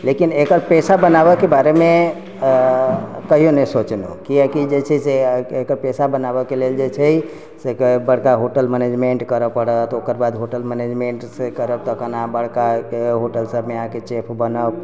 लेकिन एकर पेशा बनाबऽके बारेमे कहियौ नहि सोचलहुँ किआकि जेछै से एकर पेशा बनाबऽके लेल जेछै से बड़का होटल मैनेजमेंट करऽ पड़त ओकर बाद होटल मैनेजमेंटसँ करब तखन बड़का होटल सभमे अहाँके चीफ बनब